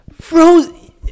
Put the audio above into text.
Frozen